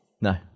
No